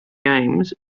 games